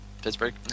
Pittsburgh